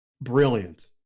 brilliant